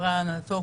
חברי הנהלתו,